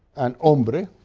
and hombre,